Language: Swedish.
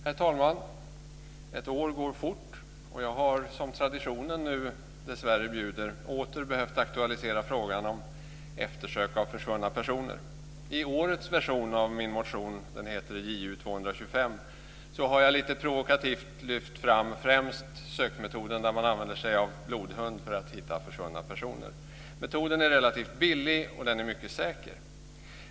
Herr talman! Ett år går fort. Jag har som traditionen dessvärre bjuder åter behövt aktualisera frågan om eftersök av försvunna personer. I årets version av min motion, Ju225, har jag lite provokativt lyft fram främst sökmetoden där man använder sig av blodhund för att hitta försvunna personer. Metoden är relativt billig och mycket säker.